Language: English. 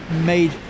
made